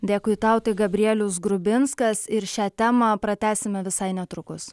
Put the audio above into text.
dėkui tau tai gabrielius grubinskas ir šią temą pratęsime visai netrukus